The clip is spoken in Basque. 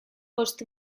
bost